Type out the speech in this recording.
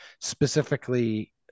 specifically